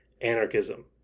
anarchism